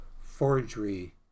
forgery